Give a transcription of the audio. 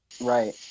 right